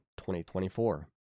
2024